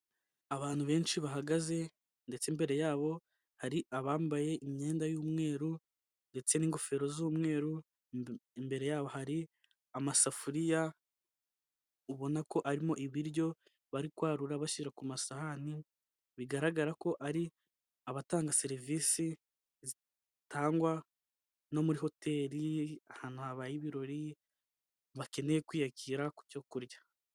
Abantu benshi bahagaze ndetse imbere yabo hari abambaye imyenda y'umweru ndetse n'ingofero z'umweru, imbere yabo hari amasafuriya ubona ko arimo ibiryo bari kwarura bashyira ku masahani bigaragara ko ari abatanga serivisi zitangwa no muri hoteli, ahantu habaye ibirori bakeneye kwiyakira ku cyo kurya.